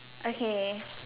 okay